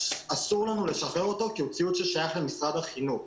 אסור לנו לשחרר אותו כי הוא ציוד ששייך למשרד החינוך.